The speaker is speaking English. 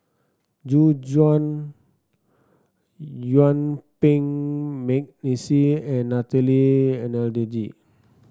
Gu Juan Yuen Peng McNeice and Natalie Hennedige